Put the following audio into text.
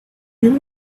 you